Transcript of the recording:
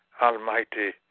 almighty